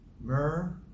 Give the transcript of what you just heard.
myrrh